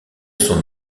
son